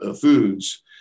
foods